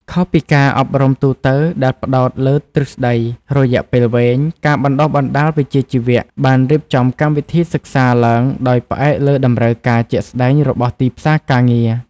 ខុសពីការអប់រំទូទៅដែលផ្តោតលើទ្រឹស្តីរយៈពេលវែង ការបណ្តុះបណ្តាលវិជ្ជាជីវៈបានរៀបចំកម្មវិធីសិក្សាឡើងដោយផ្អែកលើតម្រូវការជាក់ស្តែងរបស់ទីផ្សារការងារ។